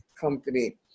company